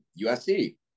USC